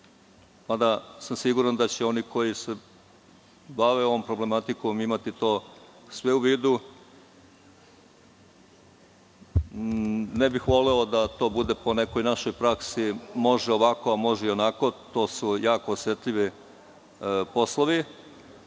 mada sam siguran da će, oni koji se bave ovom problematikom, imati to sve u vidu. Ne bih voleo da to bude po nekoj našoj praksi - može ovako, a može i onako. To su jako osetljivi poslovi,